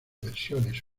versiones